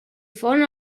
font